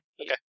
Okay